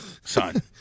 Son